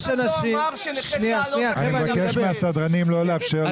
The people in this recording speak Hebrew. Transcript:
מבקש מהסדרנים לא לאפשר להפריע.